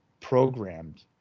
programmed